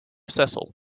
cecil